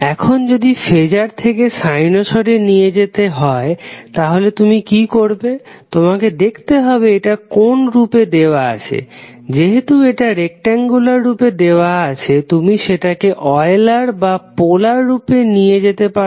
এখন যদি ফেজার থেকে সাইনোসডে নিয়ে যেতে হয় তাহলে তুমি কি করবে তোমাকে দেখাতে হবে এটা কোণ রূপে দেওয়া আছে যেহেতু এটা রেক্টেংগুলার রূপে দেওয়া আছে তুমি সেটাকে অয়েলার বা পোলার রূপে নিয়ে যেতে পারো